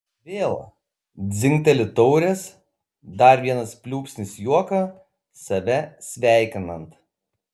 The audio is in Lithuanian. vėl dzingteli taurės dar vienas pliūpsnis juoko save sveikinant